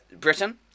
britain